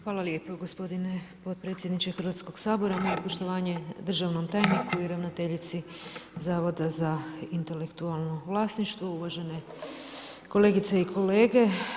Hvala lijepo gospodine potpredsjedniče Hrvatskog sabora, moje poštovanje državnom tajniku i ravnateljici Zavoda za intelektualno vlasništvo, uvažene kolegice i kolege.